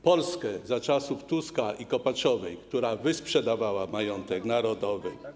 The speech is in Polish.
Polskę za czasów Tuska i Kopaczowej, która wyprzedawała majątek narodowy.